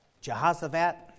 Jehoshaphat